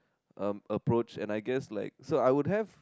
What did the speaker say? um approach and I guess like so I would have